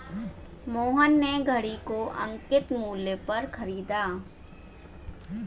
मोहन ने घड़ी को अंकित मूल्य पर खरीदा